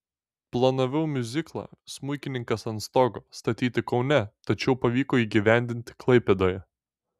planavau miuziklą smuikininkas ant stogo statyti kaune tačiau pavyko įgyvendinti klaipėdoje